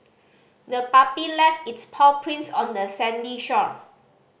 the puppy left its paw prints on the sandy shore